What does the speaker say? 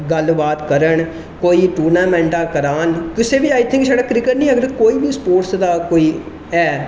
गल्ल बात करन कोई टूर्नामेंटा करान कुसै बी आई थिंक छड़ा क्रिकेट नेईं अगर कोई बी स्पोर्ट्स दा कोई ऐ